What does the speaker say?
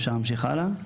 אפשר להמשיך הלאה.